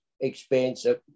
expensive